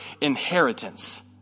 inheritance